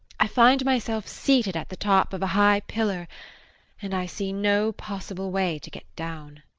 i find myself seated at the top of a high pillar and i see no possible way to get down.